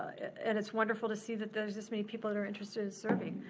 and it's wonderful to see that there's this many people that are interested in serving.